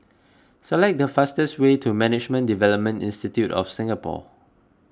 select the fastest way to Management Development Institute of Singapore